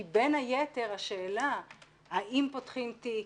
כי בין היתר השאלה האם פותחים תיק,